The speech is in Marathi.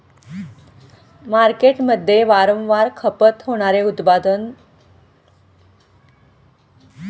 मार्केटमध्ये वारंवार खपत होणारे उत्पादन कोणते?